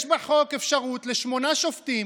יש בחוק אפשרות לשמונה שופטים,